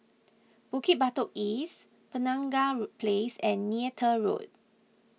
Bukit Batok East Penaga Place and Neythal Road